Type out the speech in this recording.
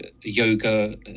yoga